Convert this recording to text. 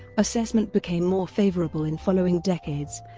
assessment became more favorable in following decades,